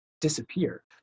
disappear